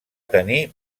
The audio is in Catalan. tenir